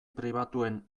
pribatuen